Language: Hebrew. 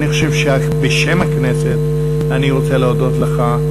בשם הכנסת, אני רוצה להודות לך.